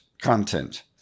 Content